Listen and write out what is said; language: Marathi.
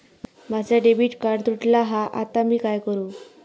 माझा डेबिट कार्ड तुटला हा आता मी काय करू?